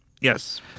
Yes